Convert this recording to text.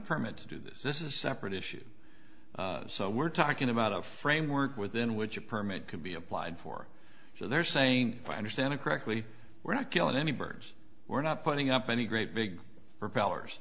permit to do this this is separate issues so we're talking about a framework within which a permit can be applied for so they're saying i understand it correctly we're not killing any birds we're not putting up any great big propellers